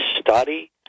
study